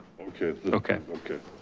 okay. okay. okay.